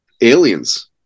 Aliens